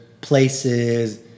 places